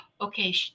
okay